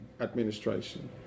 administration